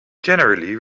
generally